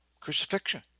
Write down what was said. crucifixion